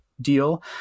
deal